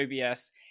OBS